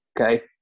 Okay